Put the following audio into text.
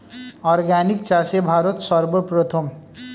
organic চাষে ভারত সর্বপ্রথম